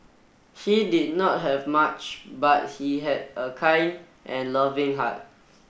he did not have much but he had a kind and loving heart